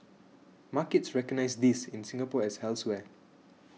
markets recognise this in Singapore as elsewhere